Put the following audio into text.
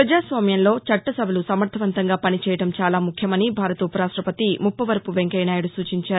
ప్రపజాస్వామ్యంలో చట్ట సభలు సమర్గవంతంగా పని చేయడం చాలా ముఖ్యమని భారత ఉపరాష్టపతి ముప్పవరపు వెంకయ్య నాయుడు సూచించారు